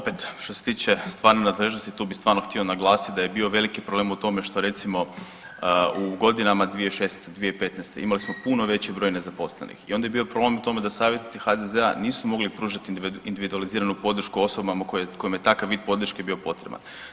Opet što se tiče stvarne nadležnosti tu bi stvarno htio naglasit da je bio veliki problem u tome što recimo u godinama 2016.-2015. imali smo puno veći broj nezaposlenih i onda je bio problem u tome da savjetnici HZZ-a nisu mogli pružati individualiziranu podršku osobama kojima je takav vid podrške bio potreban.